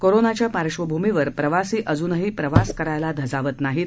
कोरोनाच्या पार्श्वभूमीवर प्रवासी अजूनही प्रवास करायला धजावत नाहीत